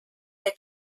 der